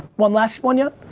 one last one, yeah?